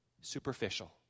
superficial